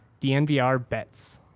DNVRBETS